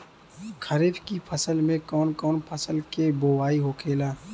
खरीफ की फसल में कौन कौन फसल के बोवाई होखेला?